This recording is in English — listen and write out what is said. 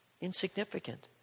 insignificant